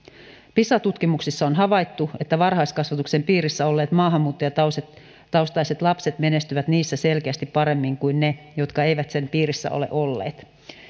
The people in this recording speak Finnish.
pisa tutkimuksissa on havaittu että varhaiskasvatuksen piirissä olleet maahanmuuttajataustaiset lapset menestyvät niissä selkeästi paremmin kuin ne jotka eivät sen piirissä ole olleet